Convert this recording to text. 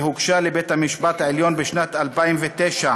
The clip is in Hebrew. שהוגשה לבית-המשפט העליון בשנת 2009,